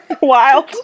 wild